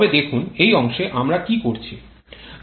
তবে দেখুন এই অংশে আমরা কী করছি